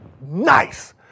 nice